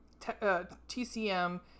TCM